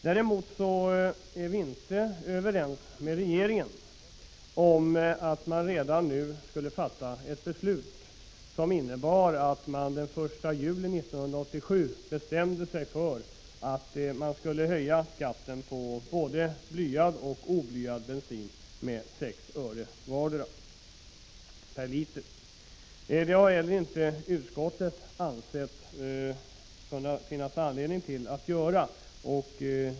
Däremot är vi inte överens med regeringen om att man redan nu skulle fatta ett beslut som innebar att man bestämde sig för att den 1 juli 1987 höja skatten på både blyfri och blyhaltig bensin med 6 öre per liter. Utskottet har inte heller ansett att det finns anledning att göra det.